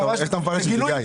איך אתה מפרש את זה, גיא?